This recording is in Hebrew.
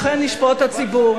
אכן ישפוט הציבור.